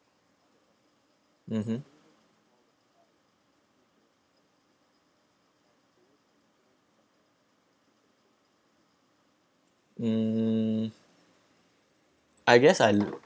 mmhmm hmm I guess I